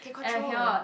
and I cannot